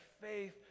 faith